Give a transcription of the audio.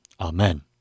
Amen